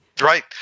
Right